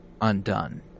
undone